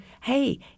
hey